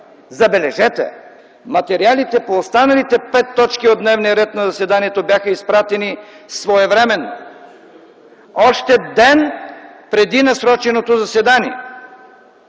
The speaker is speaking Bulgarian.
Забележете, материалите по останалите пет точки от дневния ред на заседанието бяха изпратени своевременно – още ден преди насроченото заседание.